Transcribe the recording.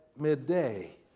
midday